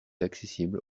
accessible